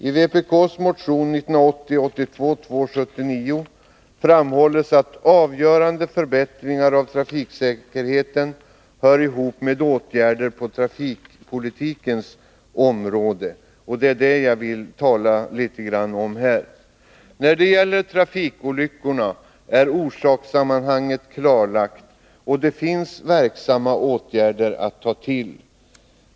I vpk:s motion 1981/82:279 framhålls att avgörande förbättringar av trafiksäkerheten hör ihop med åtgärder på trafikpolitikens område, och det är det som jag vill tala litet grand om här. När det gäller trafikolyckorna är orsakssammanhanget klarlagt, och det finns verksamma åtgärder att ta till.